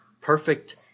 perfect